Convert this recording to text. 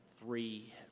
Three